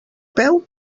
peu